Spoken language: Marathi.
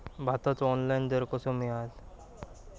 भाताचो ऑनलाइन दर कसो मिळात?